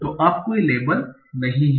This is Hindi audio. तो अब कोई लेबल नहीं हैं